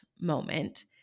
moment